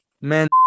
man